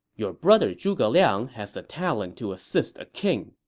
your brother zhuge liang has the talent to assist a king.